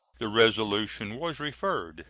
the resolution was referred